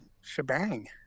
shebang